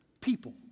people